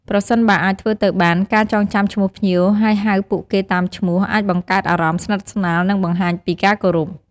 ប្រសិនបើអាចធ្វើទៅបាន ការចងចាំឈ្មោះភ្ញៀវ ហើយហៅពួកគេតាមឈ្មោះ អាចបង្កើតអារម្មណ៍ស្និទ្ធស្នាល និងបង្ហាញពីការគោរព។